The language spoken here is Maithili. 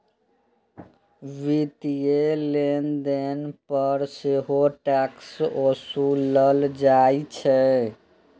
वित्तीय लेनदेन पर सेहो टैक्स ओसूलल जाइ छै